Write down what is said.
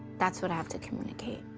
that's what i have to communicate.